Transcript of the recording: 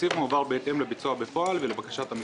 התקציב מועבר בהתאם לביצוע בפועל ולבקשת המשרד.